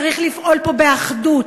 צריך לפעול פה באחדות,